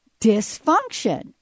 dysfunction